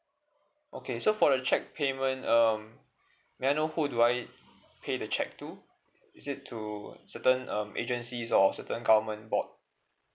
okay so for the cheque payment um may I know who do I pay the cheque to is it to certain um agencies or certain government board